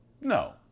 No